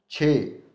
ਛੇ